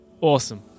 Awesome